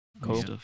Cool